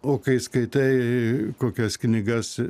o kai skaitai kokias knygas